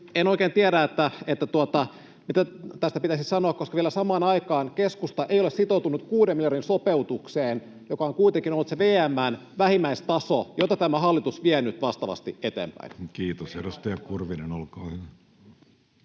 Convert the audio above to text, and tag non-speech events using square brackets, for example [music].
En oikein tiedä, mitä tästä pitäisi sanoa, koska vielä samaan aikaan keskusta ei ole sitoutunut kuuden miljardin sopeutukseen, joka on kuitenkin ollut se VM:n vähimmäistaso, [noise] jota tämä hallitus vie nyt vastaavasti eteenpäin. [Mauri Peltokangas: